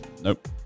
Nope